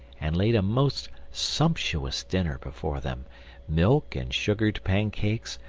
and laid a most sumptuous dinner before them milk and sugared pancakes,